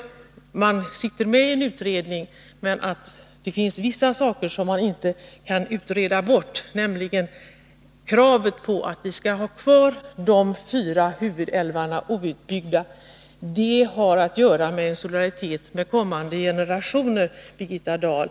Man må sitta med i en utredning, men det finns vissa saker man inte kan utreda bort, nämligen kravet på att vi skall ha kvar de fyra huvudälvarna outbyggda. Det har att göra med solidaritet gentemot kommande generationer, Birgitta Dahl.